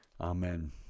amen